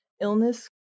illness